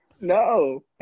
No